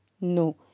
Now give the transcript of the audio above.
No